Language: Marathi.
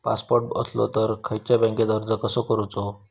पासपोर्ट असलो तर खयच्या बँकेत अर्ज कसो करायचो?